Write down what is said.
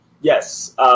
Yes